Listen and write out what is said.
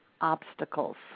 obstacles